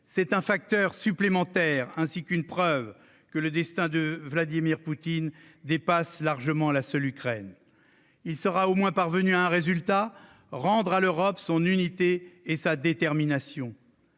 C'est un facteur de risque supplémentaire, ainsi qu'une preuve que le dessein de Vladimir Poutine dépasse largement la seule Ukraine. Poutine sera au moins parvenu à ce résultat : rendre à l'Europe son unité et sa détermination.